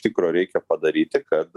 tikro reikia padaryti kad